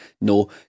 no